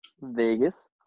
Vegas